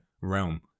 realm